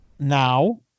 Now